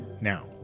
now